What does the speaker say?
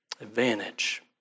advantage